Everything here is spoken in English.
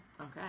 Okay